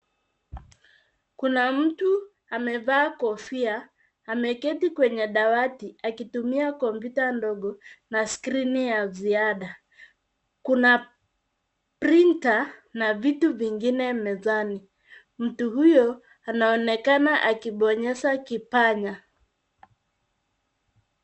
Kuna mtu amevaa kofia. Ameketi kwenye dawati akitumia kompyuta ndogo na skrini ya ziada. Kuna printer na vitu vingine mezani. Mtu huyu anaonekana akibonyeza kipanya.